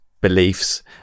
beliefs